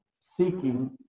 seeking